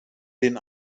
den